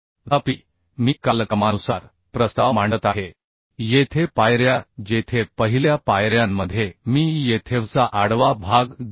तथापि मी कालक्रमानुसार प्रस्ताव मांडत आहे येथे पायऱ्या जेथे पहिल्या पायऱ्यांमध्ये मी येथे V चा आडवा भाग 2